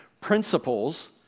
principles